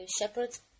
shepherd's